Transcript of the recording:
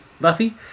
Buffy